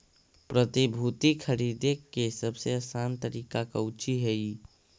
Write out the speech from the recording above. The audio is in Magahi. प्रतिभूति खरीदे के सबसे आसान तरीका कउची हइ